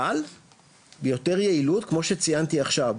אבל ביותר יעילות כמו שציינתי עכשיו,